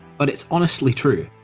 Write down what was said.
but it's honestly true,